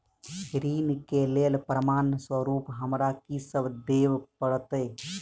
ऋण केँ लेल प्रमाण स्वरूप हमरा की सब देब पड़तय?